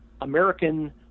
American